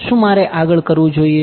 શું મારે આગળ કરવું જોઈએ